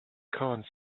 cons